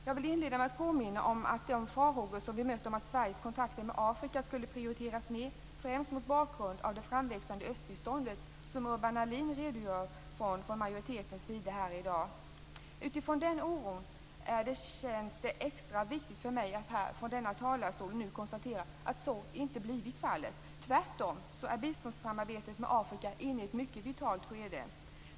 Jag vill inledningsvis påminna om de farhågor som vi mött om att Sveriges kontakter med Afrika skulle komma att prioriteras ned, främst mot bakgrund av det framväxande östbistånd som Urban Ahlin från majoritetens sida redogör för här i dag. Utifrån den oron känns det extra viktigt för mig att från denna talarstol nu konstatera att så inte blivit fallet. Tvärtom är biståndssamarbetet med Afrika inne i ett mycket vitalt skede.